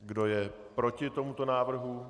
Kdo je proti tomuto návrhu?